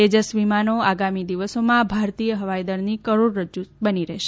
તેજસ વિમાનો આગામી દિવસોમાં ભારતીય હવાઇ દળની કરોડરજ્જુ બની રહેશે